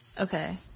okay